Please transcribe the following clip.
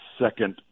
second